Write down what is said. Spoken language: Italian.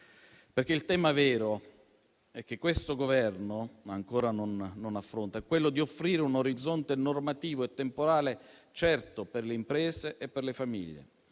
venire. Il tema vero che questo Governo ancora non affronta è di offrire un orizzonte normativo e temporale certo per le imprese e le famiglie;